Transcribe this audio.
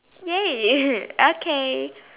ya okay